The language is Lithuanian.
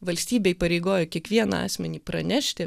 valstybė įpareigoja kiekvieną asmenį pranešti